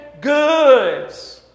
goods